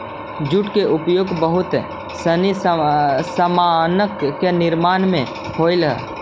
jute के उपयोग बहुत सनी सामान के निर्माण में होवऽ हई